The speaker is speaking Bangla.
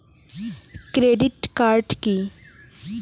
Credit card key?